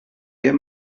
bien